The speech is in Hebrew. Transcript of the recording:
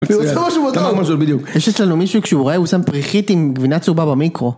יש אצלנו מישהו כשהוא רואה הוא שם פריכית עם גבינה צהובה במיקרו.